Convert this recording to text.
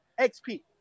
xp